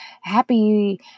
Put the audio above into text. happy